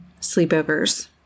sleepovers